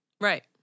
Right